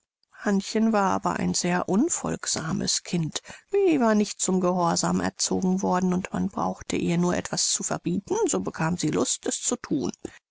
hannchen war aber ein sehr unfolgsames kind sie war nicht zum gehorsam erzogen worden und man brauchte ihr nur etwas zu verbieten so bekam sie lust es zu thun